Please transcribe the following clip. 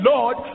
Lord